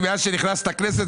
מאז שנכנסת לכנסת.